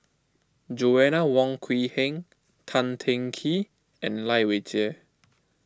Joanna Wong Quee Heng Tan Teng Kee and Lai Weijie